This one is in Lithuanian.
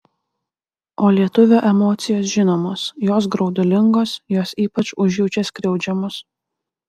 o lietuvio emocijos žinomos jos graudulingos jos ypač užjaučia skriaudžiamus